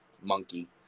monkey